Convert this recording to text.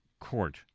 court